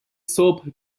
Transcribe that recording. صبح